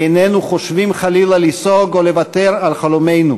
איננו חושבים חלילה ליסוג או לוותר על חלומנו,